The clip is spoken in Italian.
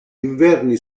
inverni